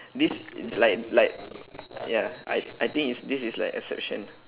this like like ya I I think it's this is like exception